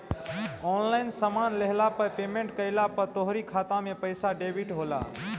online सामान लेहला पअ पेमेंट कइला पअ तोहरी खाता से पईसा डेबिट होला